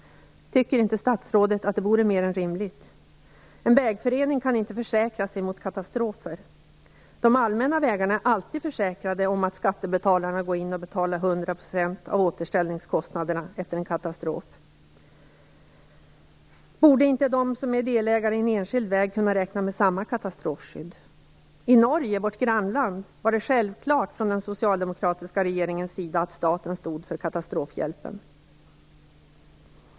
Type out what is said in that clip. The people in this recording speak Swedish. Tycker inte statsrådet att det vore mer än rimligt? En vägförening kan inte försäkra sig mot katastrofer. De allmänna vägarna är alltid försäkrade på så vis att skattebetalarna går in och till hundra procent betalar återställningskostnaderna efter en naturkatastrof. Borde inte de som är delägare i en enskild väg kunna räkna med samma katastrofskydd? I vårt grannland Norge var det självklart för den socialdemokratiska regeringen att staten stod för katastrofhjälpen.